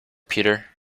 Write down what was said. peter